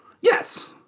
Yes